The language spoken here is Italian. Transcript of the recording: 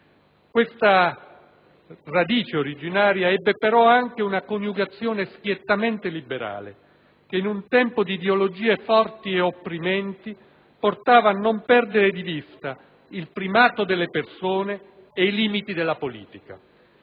Questa radice originaria ebbe però anche una coniugazione schiettamente liberale, che in un tempo di ideologie forti ed opprimenti portava a non perdere di vista il primato delle persone e i limiti della politica.